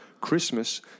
Christmas